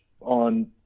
on